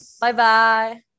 Bye-bye